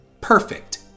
perfect